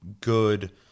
good